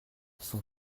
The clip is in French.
son